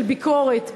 של ביקורת,